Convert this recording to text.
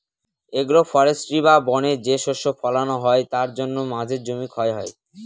agro forestry বা বনে যে শস্য ফলানো হয় তার জন্য মাঝের জমি ক্ষয় হয়